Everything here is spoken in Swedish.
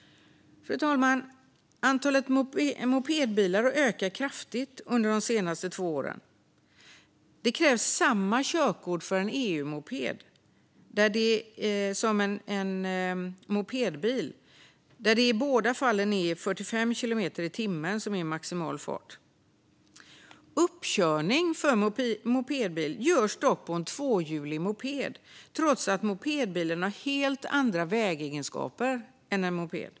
Fru talman! Antalet mopedbilar har ökat kraftigt under de senaste två åren. Det krävs samma körkort för en mopedbil som för en EU-moped, där det i båda fallen är 45 kilometer i timmen som är maximal fart. Uppkörning för mopedbil görs dock på en tvåhjulig moped, trots att mopedbilen har helt andra vägegenskaper än en moped.